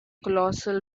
colossal